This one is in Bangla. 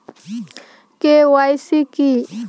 কে.ওয়াই.সি কী?